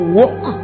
walk